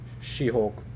She-Hulk